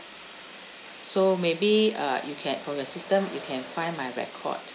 so maybe uh you can from your system you can find my record